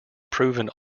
proven